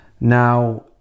Now